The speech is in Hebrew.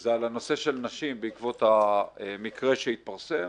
על נושא נשים בעקבות המקרה שהתפרסם,